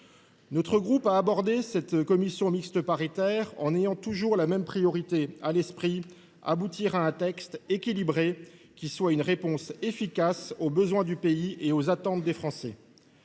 Notre groupe a abordé cette commission mixte paritaire en gardant à l’esprit toujours la même priorité : aboutir à un texte équilibré qui apporte une réponse efficace aux besoins du pays et aux attentes des Français.